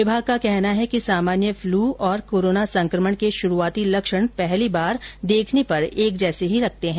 विभाग का कहना है कि सामान्य फ़लू और कोरोना संकमण के शुरूआती लक्षण पहली बार देखने पर एक जैसे ही लगते हैं